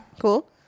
cool